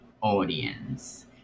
audience